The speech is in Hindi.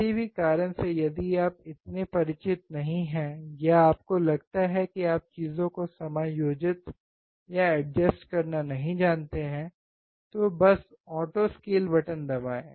किसी भी कारण से यदि आप इतने परिचित नहीं हैं या आपको लगता है कि आप चीजों को समायोजित करना नहीं जानते हैं तो बस ऑटो स्केल बटन दबाएँ